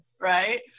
Right